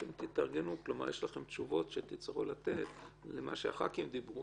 אתם תתארגנו יש לכם תשובות שתצטרכו לתת למה שהח"כים דיברו,